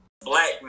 Black